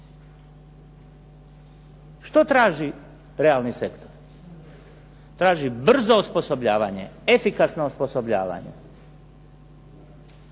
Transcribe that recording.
Što traži realni sektor? Traži brzo osposobljavanje, efikasno osposobljavanje.